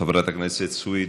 חברת הכנסת סויד,